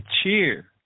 cheer